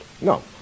No